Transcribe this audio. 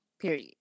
Period